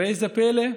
ואיזה פלא,